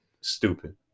stupid